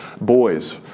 boys